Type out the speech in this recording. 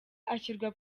ashyirwa